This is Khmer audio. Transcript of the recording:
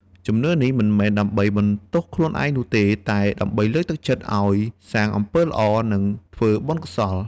ជំនឿនេះមិនមែនដើម្បីបន្ទោសខ្លួនឯងនោះទេ តែដើម្បីលើកទឹកចិត្តឱ្យសាងអំពើល្អ និងធ្វើបុណ្យកុសល។